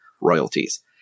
royalties